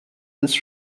this